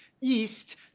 east